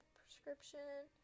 prescription